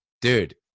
dude